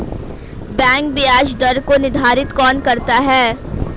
Bank ब्याज दर को निर्धारित कौन करता है?